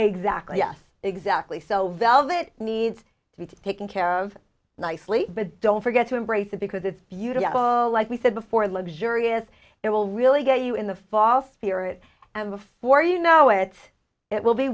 exactly yes exactly sell valve it needs to be taken care of nicely but don't forget to embrace it because it's beautiful like we said before luxurious it will really get you in the fall spirit and before you know it it will be